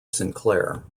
sinclair